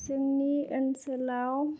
जोंनि ओनसोलाव